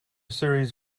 series